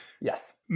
Yes